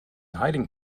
hiding